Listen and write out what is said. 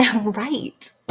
Right